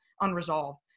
unresolved